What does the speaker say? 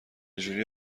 جوری